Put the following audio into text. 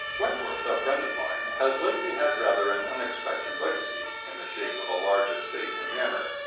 wentworth, a friend of mine, has lately had rather an unexpected legacy, in the shape of a large estate and manor,